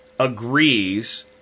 agrees